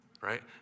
right